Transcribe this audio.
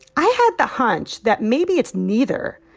i had the hunch that maybe it's neither.